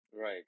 right